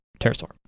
pterosaur